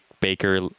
baker